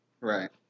Right